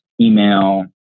email